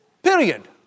Period